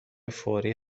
فوری